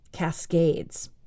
cascades